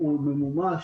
ימומש